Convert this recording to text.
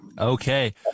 Okay